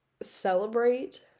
celebrate